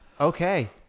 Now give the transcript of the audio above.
Okay